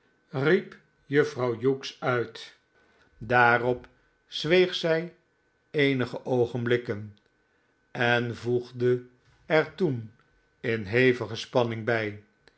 riep juffrouw hughes uit daarop twee harten in spanning zweeg zij eenige oogenblikken envoegde er toen in hevige spanning by